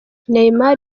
neymar